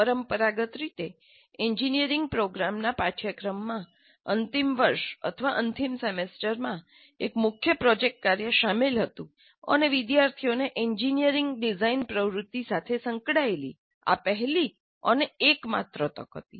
પરંપરાગત રીતે એન્જિનિયરિંગ પ્રોગ્રામના પાઠયક્રમમાં અંતિમ વર્ષ અથવા અંતિમ સેમેસ્ટરમાં એક મુખ્ય પ્રોજેક્ટ કાર્ય શામેલ હતું અને વિદ્યાર્થીઓને એન્જિનિયરિંગ ડિઝાઇન પ્રવૃત્તિ સાથે સંકળાયેલી આ પહેલી અને એકમાત્ર તક હતી